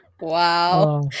wow